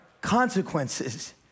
consequences